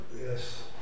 Yes